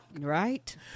Right